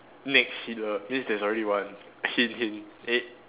next Hitler means there's already one hint hint eh